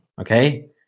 okay